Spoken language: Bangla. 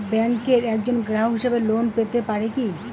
ব্যাংকের একজন গ্রাহক হিসাবে লোন পেতে পারি কি?